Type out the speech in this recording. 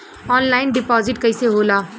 Online deposit कैसे होला?